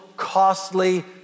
Costly